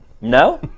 No